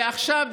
ועכשיו,